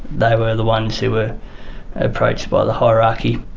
they were the ones who were approached by the hierarchy.